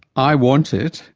i want it,